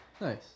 Nice